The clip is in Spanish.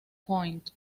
point